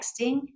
texting